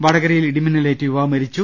വടകരയിൽ ഇടിമിന്നലേറ്റ് യുവാവ് മരിച്ചു